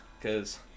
cause